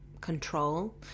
control